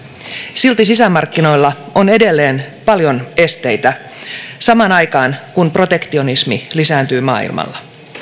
silti sisämarkkinoilla on edelleen paljon esteitä samaan aikaan kun protektionismi lisääntyy maailmalla